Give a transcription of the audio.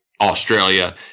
australia